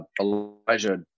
Elijah